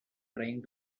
trying